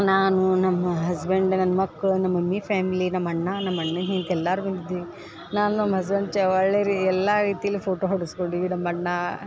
ನಾನು ನಮ್ಮ ಹಸ್ಬೆಂಡ್ ನನ್ನ ಮಕ್ಕಳು ನಮ್ಮ ಮಮ್ಮಿ ಫ್ಯಾಮಿಲಿ ನಮ್ಮ ಅಣ್ಣ ನಮ್ಮ ಅಣ್ಣನ ಹೆಂಡತಿ ಎಲ್ಲರೂ ಬಂದಿದ್ವಿ ನಾನು ನಮ್ಮ ಹಸ್ಬೆಂಡ್ ಚೆ ಒಳ್ಳೆಯ ರೀ ಎಲ್ಲ ರೀತಿಯಲ್ಲಿ ಫೋಟೊ ಹೊಡೆಸ್ಕೊಂಡ್ವಿ ನಮ್ಮ ಅಣ್ಣ